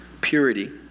purity